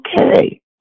Okay